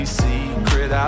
secret